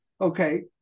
okay